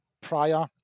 prior